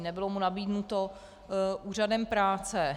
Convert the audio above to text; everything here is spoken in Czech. Nebylo mu nabídnuto úřadem práce.